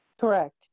Correct